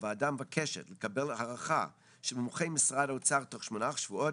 הוועדה מבקשת לקבל הערכה של מומחי משרד האוצר תוך שמונה שבועות,